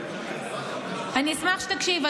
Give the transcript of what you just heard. אני אשמח שתקשיב,